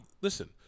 Listen